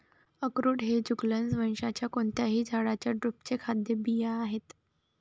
अक्रोड हे जुगलन्स वंशाच्या कोणत्याही झाडाच्या ड्रुपचे खाद्य बिया आहेत